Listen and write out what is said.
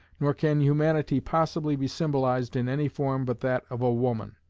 nor can humanity possibly be symbolized in any form but that of a woman.